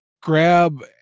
grab